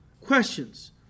questions